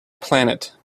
planet